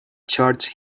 charged